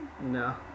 No